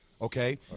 okay